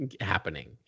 happening